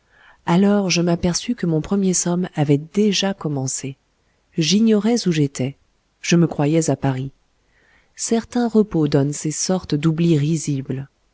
alors je m'aperçus que mon premier somme avait déjà commencé j'ignorais où j'étais je me croyais à paris certains repos donnent ces sortes d'oublis risibles